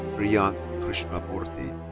priyank krishnamoorthi.